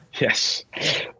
Yes